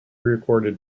recorded